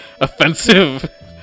offensive